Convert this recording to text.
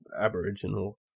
aboriginal